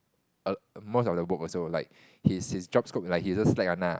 err most of the work also like his his job scope like he just slack one ah